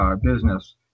business